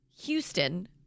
Houston